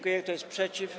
Kto jest przeciw?